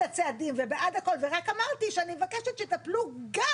הצעדים ובעד הכול ורק אמרתי שאני מבקשת שיטפלו גם